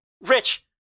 Rich